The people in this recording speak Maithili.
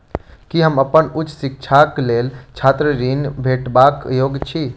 की हम अप्पन उच्च शिक्षाक लेल छात्र ऋणक भेटबाक योग्य छी?